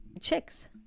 Chicks